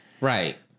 Right